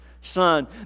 son